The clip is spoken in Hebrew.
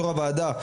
יו"ר הוועדה,